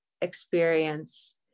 experience